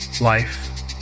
Life